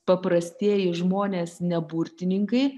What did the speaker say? paprastieji žmonės ne burtininkai